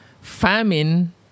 famine